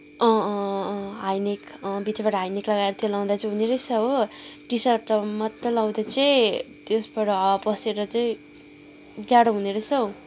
अँ अँ अँ हाइनेक बिचबाट हाइनेक लगाएर त्यो लाउँदा चाहिँ हुने रहेछ हो टि सार्ट मात्र लाउँदा चाहिँ त्यसबाट हावा पसेर चाहिँ जाडो हुने रहेछ हौ